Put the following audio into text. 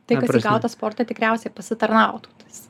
tai kas įgauta sporte tikriausiai pasitarnautų tas